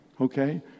okay